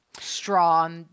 straw